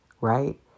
Right